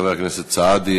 חבר הכנסת סעדי,